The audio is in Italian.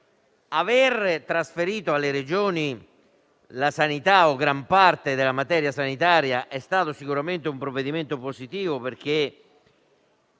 Aver ad esse trasferito la sanità o gran parte della materia sanitaria è stato sicuramente un provvedimento positivo perché